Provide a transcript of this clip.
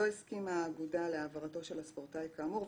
לא הסכימה האגודה להעברתו של הספורטאי כאמור,